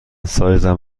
سایزم